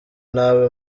nabi